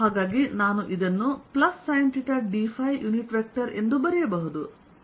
ಆದ್ದರಿಂದ ನಾನು ಇದನ್ನು sinθ dϕಯುನಿಟ್ ವೆಕ್ಟರ್ ಎಂದು ಬರೆಯಬಹುದು ಈ ವಿಷಯಗಳನ್ನು ಇಲ್ಲಿ ಇರಿಸಿ